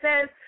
says